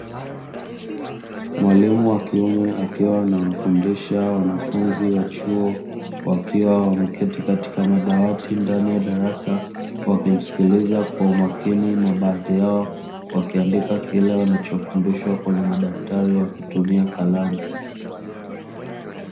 Mwalimu wa kiume akiwa anawafundisha wanafunzi wa chuo, wakiwa wameketi katika madawati ndani ya darasa, wakimsikiliza kwa umakini na baadhi yao wakiandika kile wanachofundishwa kwenye madaftari, wakitumia kalamu.